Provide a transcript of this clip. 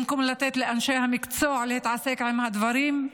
במקום לתת לאנשי המקצוע להתעסק עם הדברים,